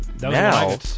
now